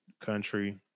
country